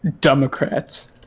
Democrats